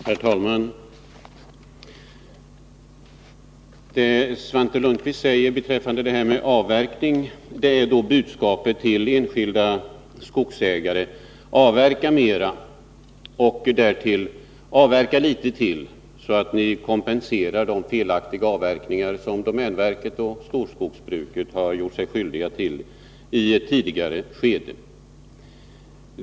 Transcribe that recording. Herr talman! Svante Lundkvist säger beträffande denna extra avverkning att budskapet till enskilda skogsägare är: Avverka mera och därefter avverka litet till, så att ni kompenserar de felaktiga avverkningar som domänverket och storskogsbruket gjort sig skyldiga till i ett tidigare skede.